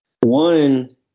one